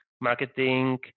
marketing